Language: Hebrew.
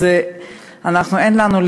אז אין לנו,